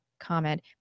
comment